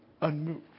unmoved